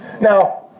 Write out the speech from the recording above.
Now